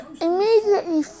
immediately